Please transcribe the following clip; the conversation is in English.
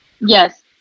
Yes